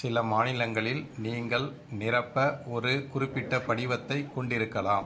சில மாநிலங்களில் நீங்கள் நிரப்பை ஒரு குறிப்பிட்ட படிவத்தைக் கொண்டிருக்கலாம்